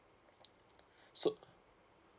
so